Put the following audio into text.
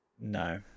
no